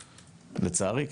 לצערי.